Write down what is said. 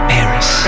Paris